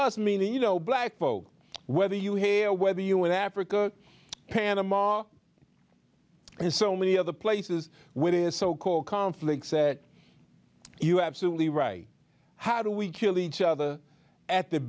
us meaning you know black folk whether you hair whether you in africa panama and so many other places within the so called conflicts you absolutely right how do we kill each other at the